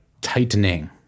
tightening